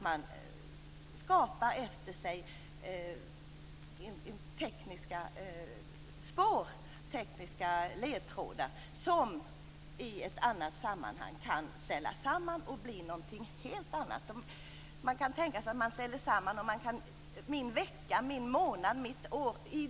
Man skapar efter sig tekniska spår, ledtrådar, som i ett annat sammanhang kan ställas samman och bli något helt annat. Man kan tänka sig att man ställer samman min vecka, min månad, mitt år.